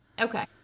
okay